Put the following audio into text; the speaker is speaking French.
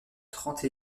trente